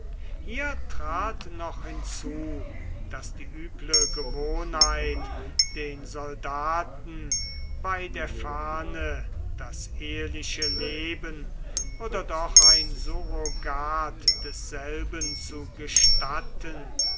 hier trat noch hinzu daß die üble gewohnheit den soldaten bei der fahne das eheliche leben oder doch ein surrogat desselben zu gestatten